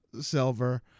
Silver